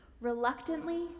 reluctantly